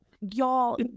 y'all